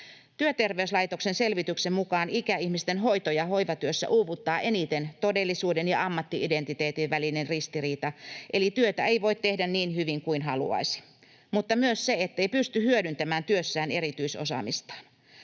Työterveyslaitoksen selvityksen mukaan ikäihmisten hoito- ja hoivatyössä uuvuttaa eniten todellisuuden ja ammatti-identiteetin välinen ristiriita, eli työtä ei voi tehdä niin hyvin kuin haluaisi, mutta myös se, ettei pysty hyödyntämään työssään erityisosaamistaan,